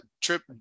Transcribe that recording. trip